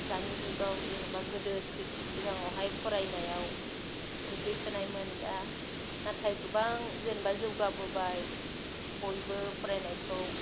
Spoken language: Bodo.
दानि जुगाव जेन'बा गोदो सिगाङावहाय फरायनायाव गोग्लैसोनायमोन दा नाथाय गोबां जेन'बा जौगाबोबाय बयबो फरायनायखौ